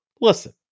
Listen